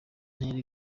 ntera